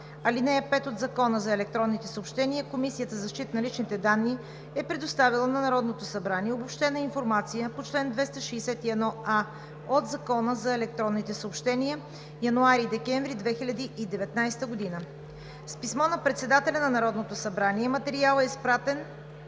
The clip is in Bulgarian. ал. 5 от Закона за електронните съобщения Комисията за защита на личните данни е предоставила на Народното събрание Обобщена информация по чл. 261а от Закона за електронните съобщения (януари – декември 2019 г.). С писмо на председателя на Народното събрание материалът е изпратен